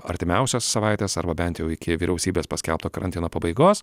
artimiausias savaites arba bent jau iki vyriausybės paskelbto karantino pabaigos